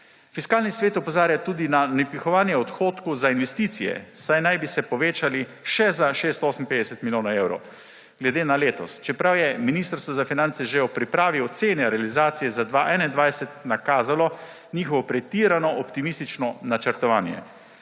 Fiskalni svet opozarja tudi na napihovanje odhodkov za investicije, saj naj bi se povečali še za 658 milijonov evrov glede na letos. Čeprav je Ministrstvo za finance že ob pripravi ocene realizacije za 2021 nakazalo njihovo pretirano optimistično načrtovanje,